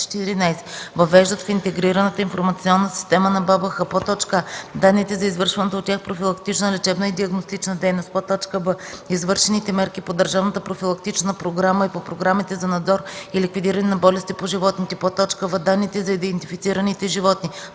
въвеждат в Интегрираната информационна система на БАБХ: а) данните за извършваната от тях профилактична, лечебна и диагностична дейност; б) извършените мерки по държавната профилактична програма и по програмите за надзор и ликвидиране на болести по животните; в) данните за идентифицираните животни;